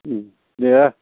ओम दे